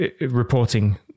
reporting